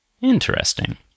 Interesting